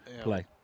play